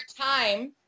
time